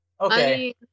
Okay